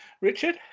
Richard